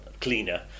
cleaner